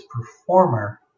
performer